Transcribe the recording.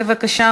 בבקשה,